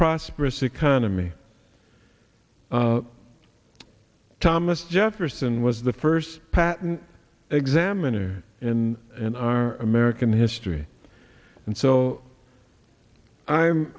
prosperous economy thomas jefferson was the first patent examiner in an our american history and so i'm